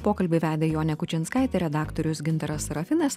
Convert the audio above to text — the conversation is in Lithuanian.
pokalbį vedė jonė kučinskaitė redaktorius gintaras rafinas